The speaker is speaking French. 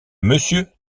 monsieur